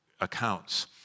accounts